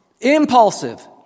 impulsive